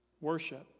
worship